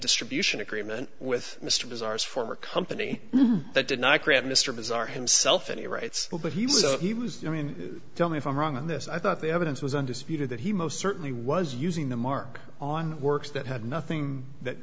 distribution agreement with mr desires former company that did not create mr bizarre himself any rights but he was he was i mean tell me if i'm wrong on this i thought the evidence was undisputed that he most certainly was using the mark on works that had nothing that